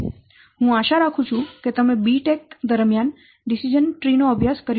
હું આશા રાખું છું કે તમે બી ટેક દરમિયાન ડીસીઝન ટ્રી નો અભ્યાસ કર્યો હશે